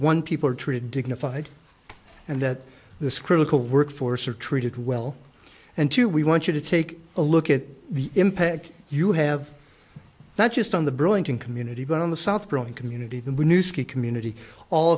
one people are treated dignified and that this critical workforce are treated well and to we want you to take a look at the impact you have not just on the burlington community but on the south growing community that we knew ski community all